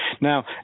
Now